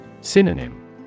Synonym